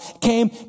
came